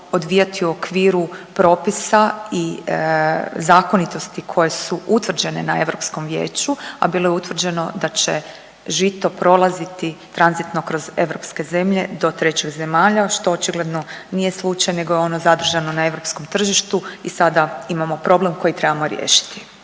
odvijati u okviru propisa i zakonitosti koje su utvrđene na Europskom vijeću, a bilo je utvrđeno da će žito prolaziti tranzitno kroz europske zemlje do trećih zemalja, što očigledno nije slučaj nego je ono zadržano na europskom tržištu i sada imamo problem koji trebamo riješiti.